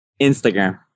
Instagram